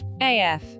AF